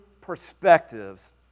perspectives